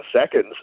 seconds